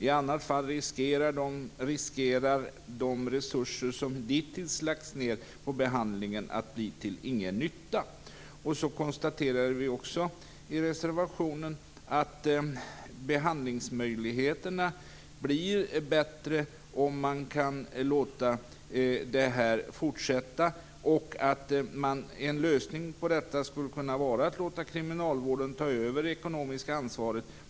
I annat fall riskerar de resurser som dittills lagts ner på behandlingen att bli till ingen nytta." Vidare konstaterar vi i reservationen att behandlingsmöjligheterna blir bättre om man kan låta detta fortsätta och att en lösning skulle kunna vara att låta kriminalvården ta över det ekonomiska ansvaret.